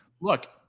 look